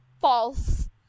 false